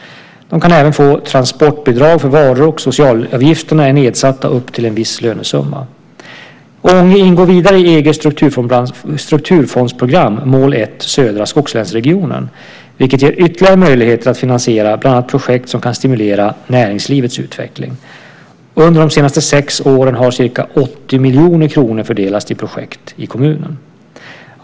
De kan även få transportbidrag för varor, och socialavgifterna är nedsatta upp till en viss lönesumma. Ånge ingår vidare i EG:s strukturfondsprogram Mål 1 Södra skogslänsregionen vilket ger ytterligare möjligheter att finansiera bland annat projekt som kan stimulera näringslivets utveckling. Under de senaste sex åren har ca 80 miljoner kronor fördelats till projekt i kommunen.